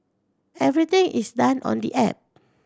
everything is done on the app